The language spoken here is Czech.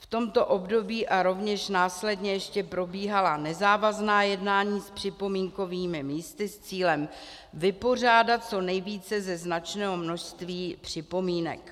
V tomto období a rovněž následně ještě probíhala nezávazná jednání s připomínkovými místy s cílem vypořádat co nejvíce ze značného množství připomínek.